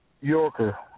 Yorker